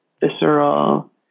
visceral